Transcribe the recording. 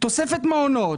תוספת מעונות,